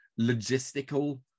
logistical